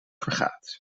vergaat